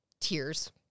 tears